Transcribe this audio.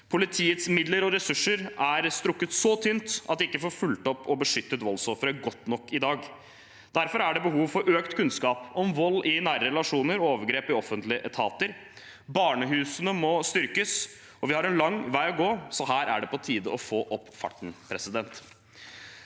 Politiets midler og ressurser er strukket så tynt at de ikke får fulgt opp og beskyttet voldsofre godt nok i dag. Derfor er det behov for økt kunnskap i offentlige etater om vold i nære relasjoner og overgrep. Barnehusene må styrkes. Vi har en lang vei å gå, så her er det på tide å få opp farten. Det